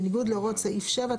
בניגוד להוראות סעיף 7,